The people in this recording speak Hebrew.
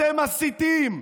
אתם מסיתים,